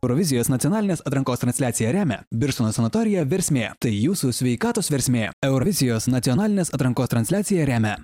eurovizijos nacionalinės atrankos transliaciją remia birštono sanatorija versmė tai jūsų sveikatos versmė eurovizijos nacionalinės atrankos transliaciją remia